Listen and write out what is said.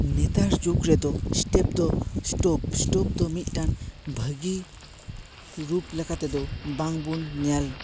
ᱱᱮᱛᱟᱨ ᱡᱩᱜᱽ ᱨᱮᱫᱚ ᱥᱴᱮᱯ ᱫᱚ ᱥᱴᱳᱯ ᱥᱴᱳᱯ ᱫᱚ ᱢᱤᱫᱴᱮᱱ ᱵᱷᱟᱹᱜᱤ ᱨᱩᱯ ᱞᱮᱠᱟᱛᱮᱫᱚ ᱵᱟᱝᱵᱩᱱ ᱧᱮᱞ